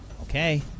Okay